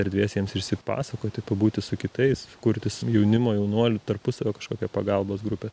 erdvės jiems išsipasakoti pabūti su kitais kurtis jaunimo jaunuolių tarpusavio kažkokią pagalbos grupę